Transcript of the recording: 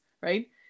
right